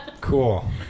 Cool